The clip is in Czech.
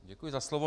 Děkuji za slovo.